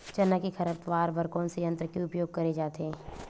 चना के खरपतवार बर कोन से यंत्र के उपयोग करे जाथे?